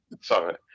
sorry